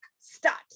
start